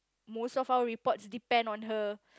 most of our report depend on her